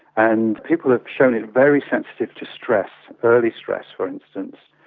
and people have shown it's very sensitive to stress, early stress, for instance,